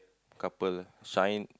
couple ah sign